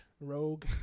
Rogue